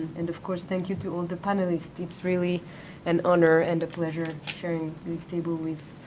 and of course, thank you to all the panelists. it's really an honor and a pleasure sharing this table with